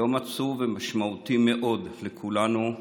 יום עצוב ומשמעותי מאוד לכולנו.